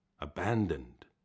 abandoned